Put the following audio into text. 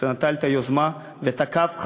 שנטל את היוזמה ותקף,